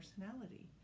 personality